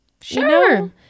Sure